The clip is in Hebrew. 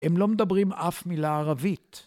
הם לא מדברים אף מילה ערבית.